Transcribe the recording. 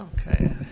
Okay